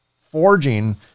forging